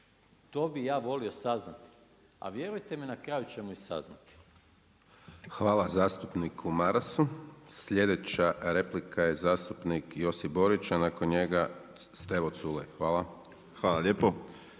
To bi ja volio saznati. Ali, vjerujte mi na kraju ćemo saznati. **Hajdaš Dončić, Siniša (SDP)** Hvala zastupniku Marasu. Sljedeća replika je zastupnik Josip Borić, a nakon njega Stevo Culej. Hvala. **Borić,